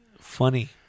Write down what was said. funny